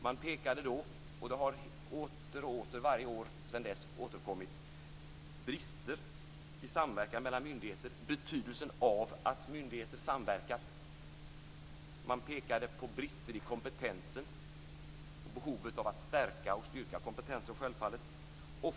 Man pekade då på, och det har återkommit åter och åter igen, varje år, brister i samverkan mellan myndigheter, betydelsen av att myndigheter samverkar. Man pekade på brister i kompetensen och behovet av att stärka och självfallet styrka kompetensen.